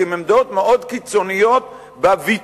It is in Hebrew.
עם עמדות מאוד קיצוניות בוויתורים,